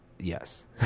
yes